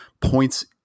points